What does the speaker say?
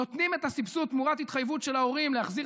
נותנים את הסבסוד תמורת התחייבות של ההורים להחזיר